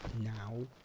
now